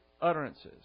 utterances